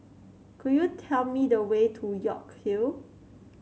could you tell me the way to York Hill